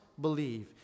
believe